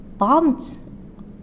Bombed